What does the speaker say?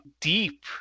deep